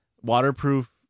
Waterproof